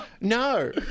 no